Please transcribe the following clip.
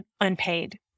unpaid